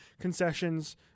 concessions